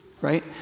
right